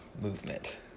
movement